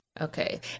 Okay